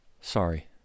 Sorry